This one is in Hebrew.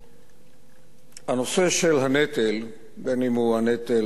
הנושא של הנטל, בין שהוא הנטל